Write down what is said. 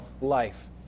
life